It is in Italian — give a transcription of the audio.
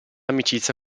amicizia